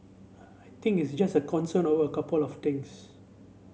I think it's just a concern over couple of things